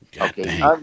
Okay